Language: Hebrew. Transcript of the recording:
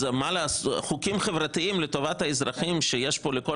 אז חוקים חברתיים לטובת האזרחים שיש פה לכל